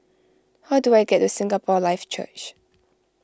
how do I get to Singapore Life Church